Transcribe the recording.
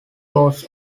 was